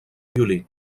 violí